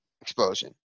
explosion